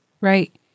Right